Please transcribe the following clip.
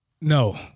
No